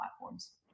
platforms